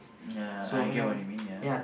ya I get what you mean ya